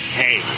hey